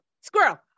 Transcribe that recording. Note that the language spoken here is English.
squirrel